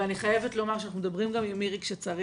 ואני חייבת לומר שאנחנו מדברים גם עם מירי כשצריך,